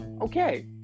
okay